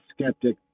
skeptic